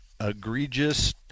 egregious